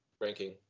ranking